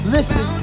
Listen